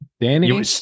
Danny